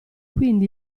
quindi